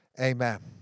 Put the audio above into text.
Amen